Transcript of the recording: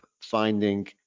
finding